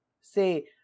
say